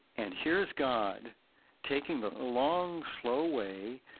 and here's god taking the long, slow way.